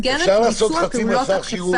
הוא יכנס לנוסח המלא.